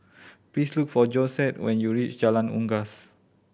please look for Josette when you reach Jalan Unggas